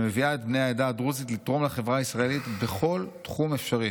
שמביאה את בני העדה הדרוזית לתרום לחברה הישראלית בכל תחום אפשרי,